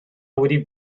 wedi